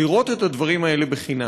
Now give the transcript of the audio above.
לראות את הדברים האלה בחינם.